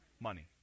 money